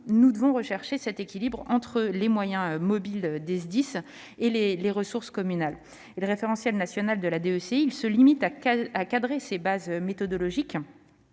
nous devons rechercher cet équilibre entre les moyens mobiles des SDIS et les ressources communales. Le référentiel national de la DECI se contente de fournir un cadre méthodologique,